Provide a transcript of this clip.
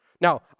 Now